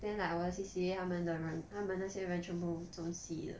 then like our C_C_A 他们的人他们那些人全部 zone C 的